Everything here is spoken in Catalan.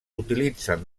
utilitzen